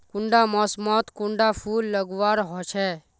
कुंडा मोसमोत कुंडा फुल लगवार होछै?